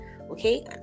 okay